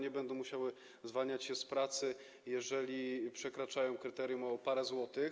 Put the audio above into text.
Nie będą musiały zwalniać się z pracy, jeżeli przekraczają kryterium o parę złotych.